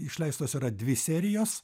išleistos yra dvi serijos